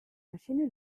maschine